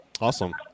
Awesome